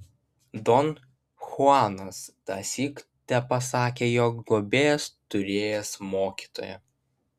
don chuanas tąsyk tepasakė jog globėjas turėjęs mokytoją